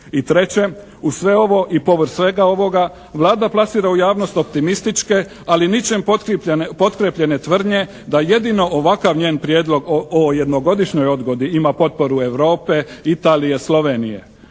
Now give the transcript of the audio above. I treće, uz sve ovo i povrh svega ovoga Vlada plasira u javnost optimističke ali ničem potkrijepljene tvrdnje da jedino ovakav njen prijedlog o jednogodišnjoj odgodi ima potporu Europe, Italije, Slovenije.